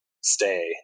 stay